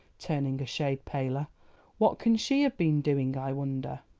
turning a shade paler what can she have been doing, i wonder.